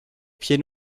pieds